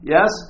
Yes